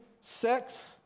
sex